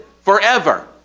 forever